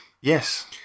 Yes